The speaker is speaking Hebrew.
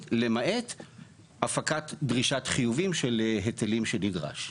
למעט הפקת דרישת חיובים של היטלים שנדרש.